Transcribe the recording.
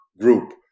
group